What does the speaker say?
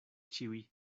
ĉiuj